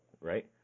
right